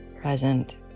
present